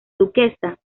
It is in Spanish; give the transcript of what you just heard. duquesa